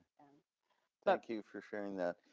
thank you for sharing that.